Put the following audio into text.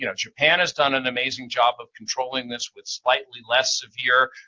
you know japan has done an amazing job of controlling this with slightly less severe